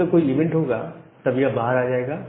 जब भी कोई इवेंट होगा तब यह बाहर आएगा